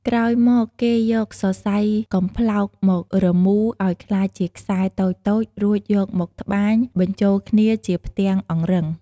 ក្រោយមកគេយកសរសៃកំប្លោកមក រមូរ ឲ្យក្លាយជាខ្សែតូចៗ រួចយកមក ត្បាញ បញ្ចូលគ្នាជាផ្ទាំងអង្រឹង។